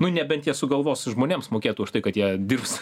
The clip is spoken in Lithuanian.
nu nebent jie sugalvos žmonėms mokėt už tai kad jie dirbs